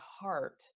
heart